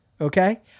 Okay